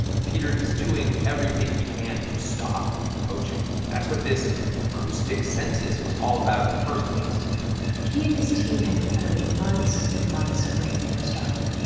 peter is doing everything he can to stop poaching. that's what this acoustic census was all about in the first place he and his team had recorded months and months of rainforest audio.